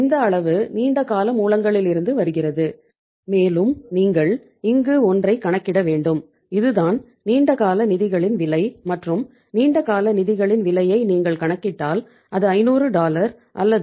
இந்த அளவு நீண்ட கால மூலங்களிலிருந்து வருகிறது மேலும் நீங்கள் இங்கு ஒன்றை கணக்கிட வேண்டும் இதுதான் நீண்ட கால நிதிகளின் விலை மற்றும் நீண்ட கால நிதிகளின் விலையை நீங்கள் கணக்கிட்டால் அது 500 அல்லது ரூ